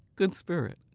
good spirit.